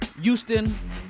Houston